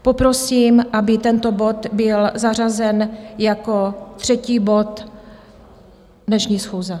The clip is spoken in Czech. Poprosím, aby tento bod byl zařazen jako třetí bod dnešní schůze.